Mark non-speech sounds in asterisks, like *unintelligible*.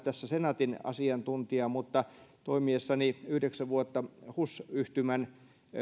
*unintelligible* tässä senaatin asiantuntija mutta toimiessani yhdeksän vuotta hus yhtymän